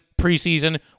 preseason